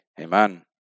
Amen